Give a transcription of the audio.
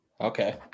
Okay